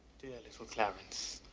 little clarence,